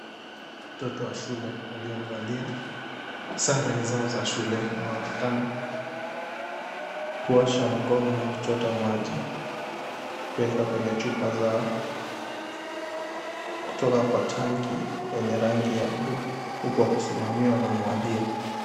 Watoto wa shule waliovalia sare zao za shule wanaonekana kuosha mkono ama kuchota maji kuweka kwenye chupa zao kutoka kwa tanki lenye rangi ya bluu huku wakisimamiwa na mwalimu.